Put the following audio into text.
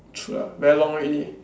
true ah very long already